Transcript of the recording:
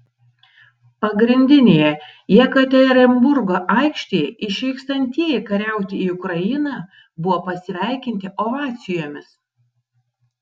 pagrindinėje jekaterinburgo aikštėje išvykstantieji kariauti į ukrainą buvo pasveikinti ovacijomis